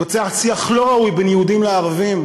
התבצע שיח לא ראוי בין יהודים לערבים.